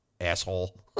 Asshole